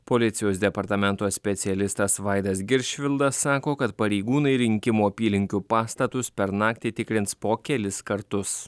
policijos departamento specialistas vaidas giršvildas sako kad pareigūnai rinkimų apylinkių pastatus per naktį tikrins po kelis kartus